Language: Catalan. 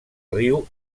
riu